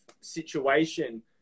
situation